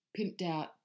pimped-out